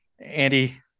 Andy